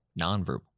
Nonverbal